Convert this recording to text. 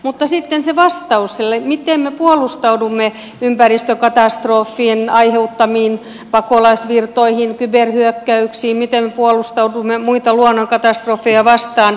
mutta sitten se vastaus siihen miten me puolustaudumme ympäristökatastrofien aiheuttamiin pakolaisvirtoihin kyberhyökkäyksiin miten me puolustaudumme muita luonnonkatastrofeja vastaan